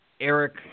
Eric